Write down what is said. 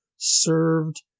served